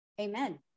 Amen